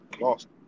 Lost